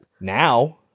Now